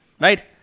Right